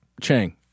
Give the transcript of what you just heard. Chang